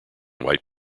white